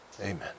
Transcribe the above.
Amen